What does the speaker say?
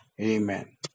Amen